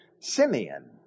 Simeon